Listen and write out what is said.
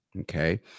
Okay